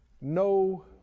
No